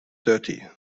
dirty